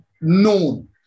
known।